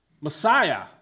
Messiah